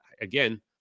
again